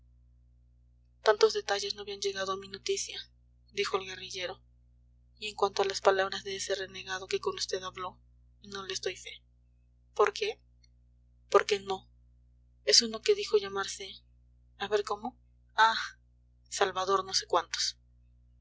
tantos detalles no habían llegado a mi noticia dijo el guerrillero y en cuanto a las palabras de ese renegado que con vd habló no les doy fe por qué porque no es uno que dijo llamarse a ver cómo ah salvador no sé cuántos